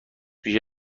میشه